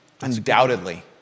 Undoubtedly